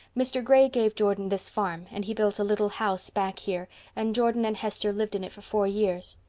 mr. gray gave jordan this farm and he built a little house back here and jordan and hester lived in it for four years.